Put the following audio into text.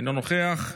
אינו נוכח,